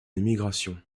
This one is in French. émigration